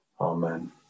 Amen